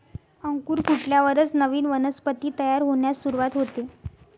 अंकुर फुटल्यावरच नवीन वनस्पती तयार होण्यास सुरूवात होते